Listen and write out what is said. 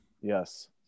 Yes